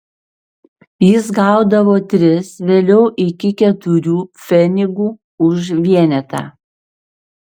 jis gaudavo tris vėliau iki keturių pfenigų už vienetą